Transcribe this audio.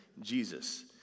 Jesus